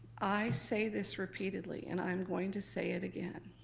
i say this repeatedly and i'm going to say it again,